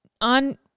on